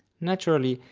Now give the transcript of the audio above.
naturally,